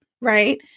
right